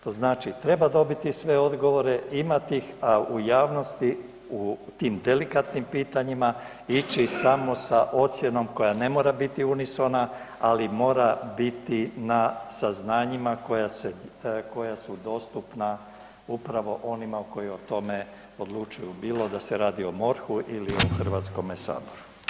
To znači, treba dobiti sve odgovore, imati ih, a u javnosti u tim delikatnim pitanjima ići samo sa ocjenom koja ne mora biti unisona, ali mora biti na saznanjima koja su dostupna upravo onima koji o tome odlučuju, bilo da se radi o MORH-u ili o HS-u.